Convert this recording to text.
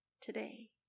today